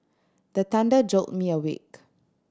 the thunder jolt me awake